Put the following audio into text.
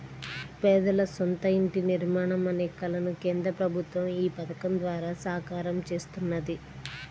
పేదల సొంత ఇంటి నిర్మాణం అనే కలను కేంద్ర ప్రభుత్వం ఈ పథకం ద్వారా సాకారం చేస్తున్నది